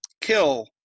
kill